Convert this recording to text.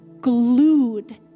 glued